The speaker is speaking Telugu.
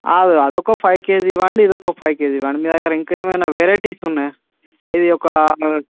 అది ఒక ఫైవ్ కేజీ ఇవ్వండి ఇది ఒక ఫైవ్ కేజీ ఇవ్వండి మీ దగ్గర ఇంకా ఏమన్న వెరైటీస్ ఉన్నాయా అవి ఒక ను